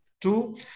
Two